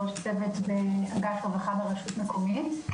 ראש צוות באגף רווחה ברשות מקומית.